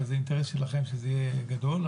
וזה אינטרס שלכם שזה יהיה גדול,